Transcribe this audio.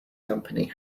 company